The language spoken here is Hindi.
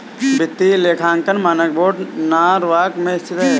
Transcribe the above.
वित्तीय लेखांकन मानक बोर्ड नॉरवॉक में स्थित है